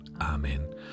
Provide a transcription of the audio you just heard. Amen